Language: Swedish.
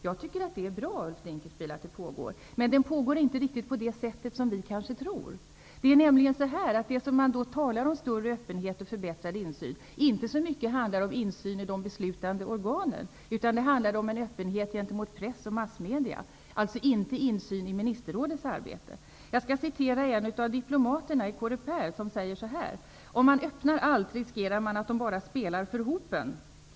Jag tycker att det är bra, Ulf Dinkelspiel. Men den pågår inte riktigt på det sätt som vi kanske tror. Den öppenhet och den förbättrade insyn som man talar om handlar inte så mycket om insyn i de beslutande organen, utan om en öppenhet gentemot press och massmedia, alltså inte insyn i ministerrådets arbete. En diplomat i Coreper säger så här: Om man öppnar allt, riskerar man att de bara spelar för hopen.